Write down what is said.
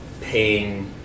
paying